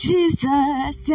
Jesus